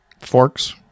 forks